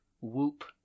whoop